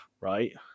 right